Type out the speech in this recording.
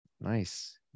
Nice